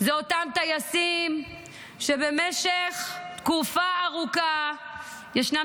אלה אותם טייסים שבמשך תקופה ארוכה ישנם